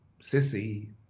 sissy